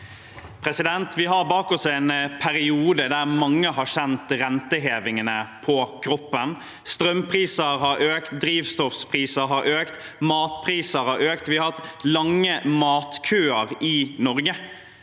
Vi har bak oss en periode der mange har kjent rentehevingene på kroppen. Strømpriser har økt, drivstoffpriser har økt, matpriser har økt. Vi har hatt lange matkøer i Norge.